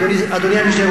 אולמרט.